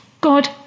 God